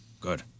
Good